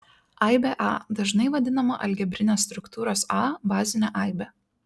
aibė a dažnai vadinama algebrinės struktūros a bazine aibe